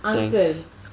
thanks